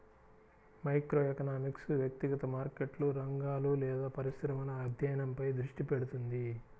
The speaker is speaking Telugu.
మైక్రోఎకనామిక్స్ వ్యక్తిగత మార్కెట్లు, రంగాలు లేదా పరిశ్రమల అధ్యయనంపై దృష్టి పెడుతుంది